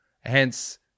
Hence